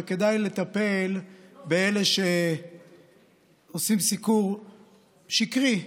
וכדאי לטפל באלה שעושים סיקור שקרי.